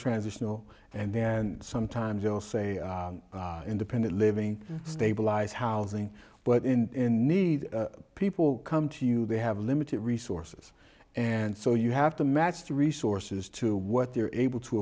transitional and then sometimes you'll say independent living stabilize housing but in need people come to you they have limited resources and so you have to match the resources to what they are able to